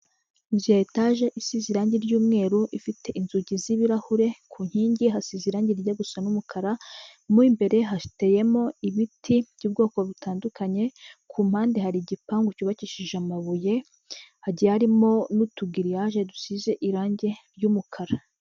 Inzu ya etaje isize irangi ry'umweru ifite inzugi z'ibirahure ku nkingi hasize irangi rijya gusa n'umukara, mo imbere hateyemo ibiti by'ubwoko butandukanye, ku mpande hari igipangu cyubakishije amabuye hagiye harimo n'utugiriyaje dusize irangi ry'umukara.